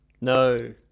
No